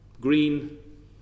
green